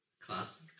class